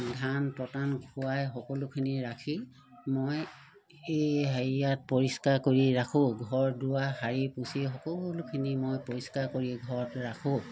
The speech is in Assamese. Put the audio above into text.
ধান পটান খোৱাই সকলোখিনি ৰাখি মই এই হেৰিয়াত পৰিষ্কাৰ কৰি ৰাখোঁ ঘৰ দুৱাৰ সাৰি পুচি সকলোখিনি মই পৰিষ্কাৰ কৰি ঘৰত ৰাখোঁ